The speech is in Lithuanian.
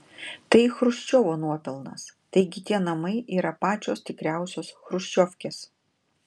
tai chruščiovo nuopelnas taigi tie namai yra pačios tikriausios chruščiovkės